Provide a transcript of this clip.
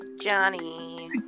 Johnny